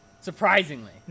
surprisingly